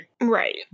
Right